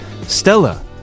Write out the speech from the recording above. Stella